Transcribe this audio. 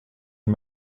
une